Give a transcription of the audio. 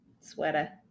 Sweater